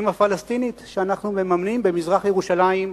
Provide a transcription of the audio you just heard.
הפלסטינית שאנחנו מממנים במזרח-ירושלים,